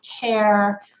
care